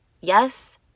Yes